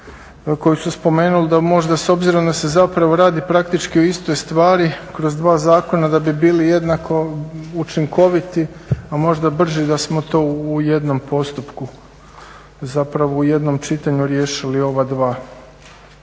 koji su spomenuli da možda s obzirom da se zapravo radi praktički o istoj stvari kroz dva zakona da bi bili jednako učinkoviti, a možda brži da smo to u jednom postupku zapravo u jednom čitanju riješili ova dva